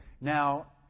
Now